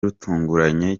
rutunguranye